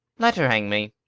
let her hang me.